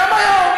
גם היום.